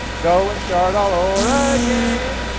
go and start all over again.